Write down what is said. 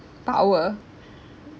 power